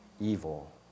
evil